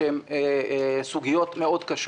שזה סוגיות קשות מאוד,